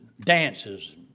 dances